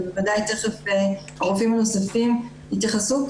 ובוודאי תיכף הרופאים הנוספים יתייחסו.